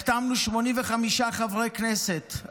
החתמנו 85 חברי כנסת.